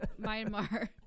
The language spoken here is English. Myanmar